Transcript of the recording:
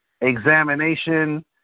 examination